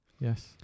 Yes